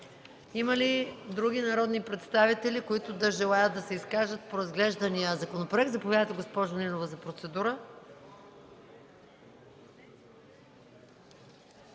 има ли други народни представители, които желаят да се изкажат по разглеждания законопроект? Заповядайте, госпожо Нинова, за процедура.